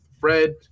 Fred